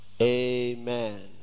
Amen